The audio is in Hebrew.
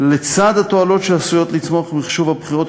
לצד התועלות שעשויות לצמוח ממחשוב הבחירות,